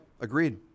agreed